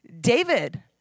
David